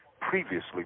previously